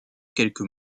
quelques